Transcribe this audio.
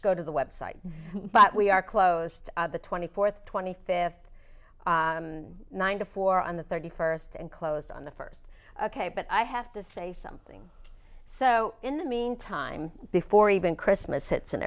go to the website but we are close to the twenty fourth twenty fifth floor on the thirty first and closed on the first ok but i have to say something so in the mean time before even christmas hits and